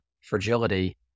fragility